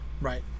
right